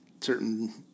certain